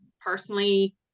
personally